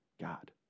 God